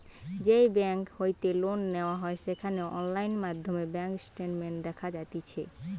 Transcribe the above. যেই বেংক হইতে লোন নেওয়া হয় সেখানে অনলাইন মাধ্যমে ব্যাঙ্ক স্টেটমেন্ট দেখা যাতিছে